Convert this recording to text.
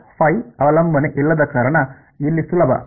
ಅವಲಂಬನೆ ಇಲ್ಲದ ಕಾರಣ ಇಲ್ಲಿ ಸುಲಭ